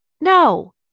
No